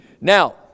Now